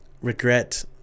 regret